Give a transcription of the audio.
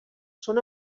són